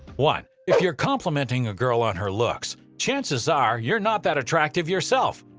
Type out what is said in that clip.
one if you're complimenting a girl on her looks, chances are you're not that attractive yourself,